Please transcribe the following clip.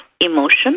emotion